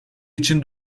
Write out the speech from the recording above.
için